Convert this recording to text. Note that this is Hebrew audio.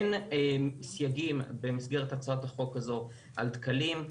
אין סייגים במסגרת הצעתה חוק הזאת על דקלים,